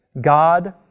God